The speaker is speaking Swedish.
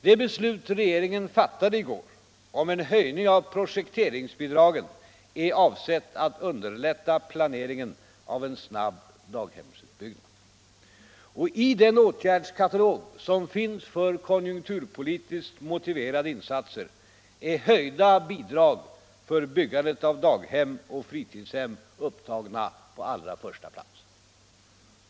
Det beslut regeringen i går fattade om en höjning av projekteringsbidragen är avsett att underlätta planeringen äv en snabb daghemsutbyggnad. I den åtgärdskatalog som finns för konjunkturpolitiskt motiverade insatser är höjda bidrag för byggandet av daghem och fritidshem upptagna på allra första plats.